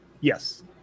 Yes